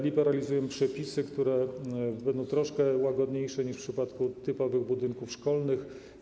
Liberalizujemy przepisy, które będą trochę łagodniejsze niż w przypadku typowych budynków szkolnych.